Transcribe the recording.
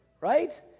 right